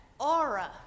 aura